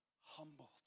humbled